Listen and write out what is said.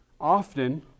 Often